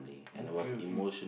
okay okay